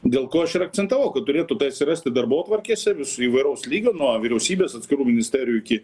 dėl ko aš ir akcentavau kad turėtų atsirasti darbotvarkėse visų įvairaus lygio nuo vyriausybės atskirų ministerijų iki